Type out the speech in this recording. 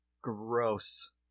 Gross